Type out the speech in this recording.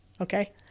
Okay